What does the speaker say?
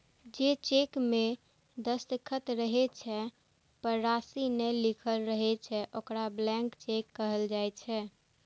जे चेक मे दस्तखत रहै छै, पर राशि नै लिखल रहै छै, ओकरा ब्लैंक चेक कहल जाइ छै